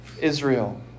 Israel